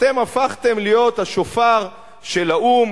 אתם הפכתם להיות השופר של האו"ם,